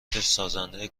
سازنده